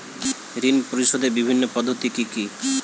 ঋণ পরিশোধের বিভিন্ন পদ্ধতি কি কি?